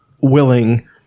willing